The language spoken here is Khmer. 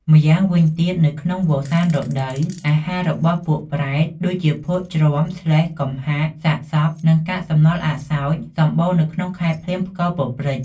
ម្យ៉ាងវិញទៀតនៅក្នុងវស្សានរដូវ អាហាររបស់ពួកប្រេត ដូចជាភក់ជ្រាំ ស្លេស្ម៍ កំហាក សាកសព និងកាកសំណល់អសោចិ៍ សម្បូរនៅក្នុងខែភ្លៀងផ្គរពព្រិច។